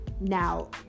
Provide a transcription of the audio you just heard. Now